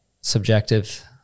subjective